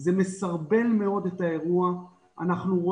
זה מסרבל מאוד את האירוע,